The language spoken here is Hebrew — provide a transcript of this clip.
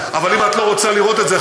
אבל אם את לא רוצה לראות את זה,